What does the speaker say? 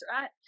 right